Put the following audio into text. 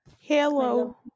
hello